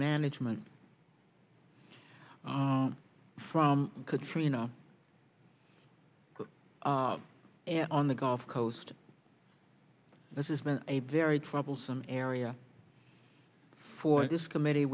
management from katrina and on the gulf coast this is been a very troublesome area for this committee